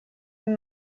und